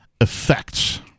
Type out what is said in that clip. effects